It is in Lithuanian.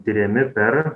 tiriami per